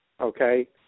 okay